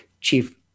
chief